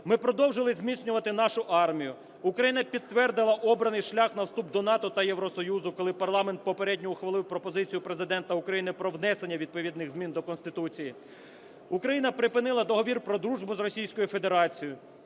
ми продовжили зміцнювати нашу армію. Україна підтвердила обраний шлях на вступ до НАТО та Євросоюзу, коли парламент попередньо ухвалив пропозицію Президента України про внесення відповідних змін до Конституції. Україна припинила Договір про дружбу з Російською Федерацією.